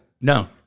No